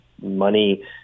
money